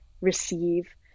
receive